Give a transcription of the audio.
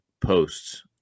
posts